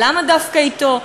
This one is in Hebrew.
למה דווקא אתו?